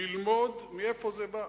ללמוד מאיפה זה בא,